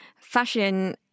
fashion